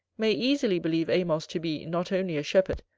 may easily believe amos to be, not only a shepherd,